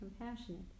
compassionate